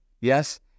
Yes